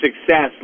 success